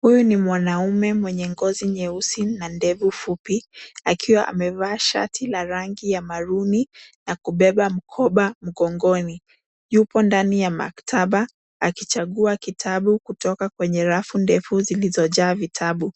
Huyu ni mwanaume mwenye ngozi nyeusi na ndefu fupi, akiwa amevaa shati la rangi ya cs[maruni]cs na kubeba mkoba mgongoni. Yupo ndani ya maktaba akichagua kitabu kutoka kwenye rafu ndefu zilizojaa vitabu.